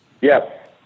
Yes